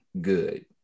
good